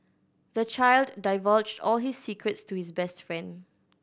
the child divulged all his secrets to his best friend